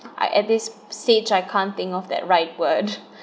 I at this stage I can't think of that right word